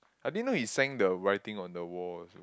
I didn't know he sang the writing on the wall also